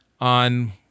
on